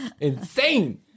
Insane